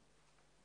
אחרות.